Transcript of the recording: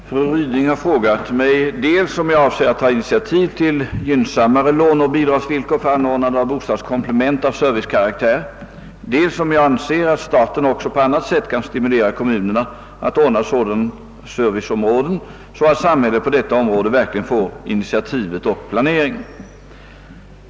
Herr talman! Fru Ryding har frågat mig dels om jag avser att ta initiativ till gynnsammare låneoch bidragsvillkor för anordnande av bostadskomplement av servicekaraktär, dels: om jag anser att staten också på annat sätt kan stimulera: kommunerna att ordna sådana serviceområden, så att samhället på detta område verkligen tar hand om initiativet och planeringen.